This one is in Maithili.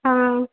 हँ